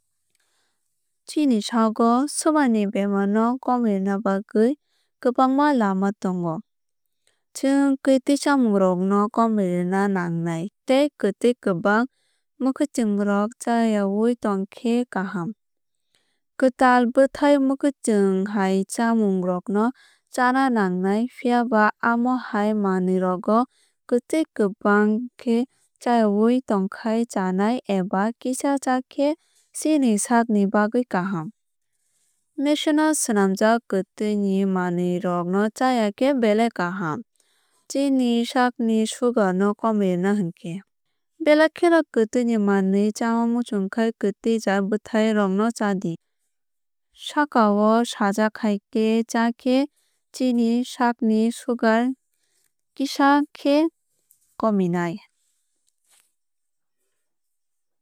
Chini sago sugar ni bemar no komirwuna bagwui kwbangma lama tongo. Chwng kwtui chamung rok no komirwuna nagnai tei kwtui kwbang mwkhwuitwng rog chayaui tongkhe kaham. Kwtal bwthai mwkhwuitwng hai chamung rok no chana nangnai. Phiaba amohai manwui rogo kwtui kwbang hinkhe chayaui tonkha chanai eba kisa chakhe chini sakni bagwui kaham. Machine o slamjak kwtui ni manwui rokno chayakhe belai kaham chini sakni sugar no komiruna hinkhe. Belai khe no kwtwui ni manwui chana muchungkhai kwtwui jaat bwthai rokno chadi. Sakao sajak hai khe chakhe chini sagni sugar kisa khe kominai.